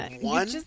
One